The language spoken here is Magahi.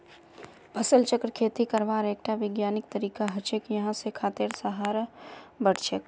फसल चक्र खेती करवार एकटा विज्ञानिक तरीका हछेक यहा स खेतेर सहार बढ़छेक